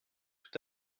tout